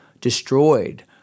destroyed